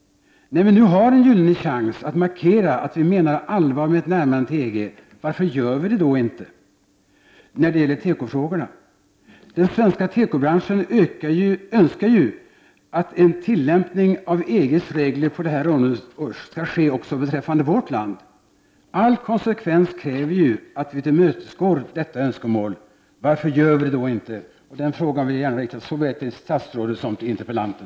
När vi nu har en gyllene chans att markera att vi menar allvar med ett närmande till EG, varför gör vi det då inte när det gäller tekofrågorna? Den svenska tekobranschen önskar ju att en tillämpning av EG:s regler på det här området också skall ske beträffande vårt land. All konsekvens kräver ju att vi tillmötesgår detta önskemål. Varför gör vi det då inte? Den frågan vill jag gärna rikta såväl till statsrådet som till interpellanten.